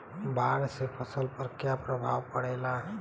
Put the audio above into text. बाढ़ से फसल पर क्या प्रभाव पड़ेला?